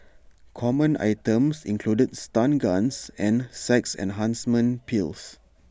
common items included stun guns and sex enhancement pills